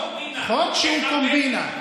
תכבד את החוק.